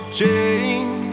change